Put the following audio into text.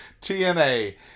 TNA